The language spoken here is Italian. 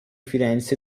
firenze